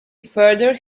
furthered